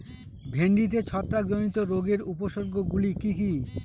ভিন্ডিতে ছত্রাক জনিত রোগের উপসর্গ গুলি কি কী?